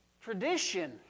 tradition